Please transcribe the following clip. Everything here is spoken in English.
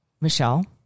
Michelle